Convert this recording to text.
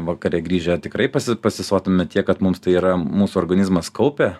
vakare grįžę tikrai pasi pasisotiname tiek kad mums tai yra mūsų organizmas kaupia